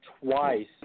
twice